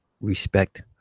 respect